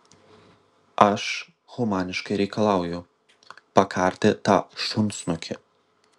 aš humaniškai reikalauju pakarti tą šunsnukį